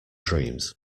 dreams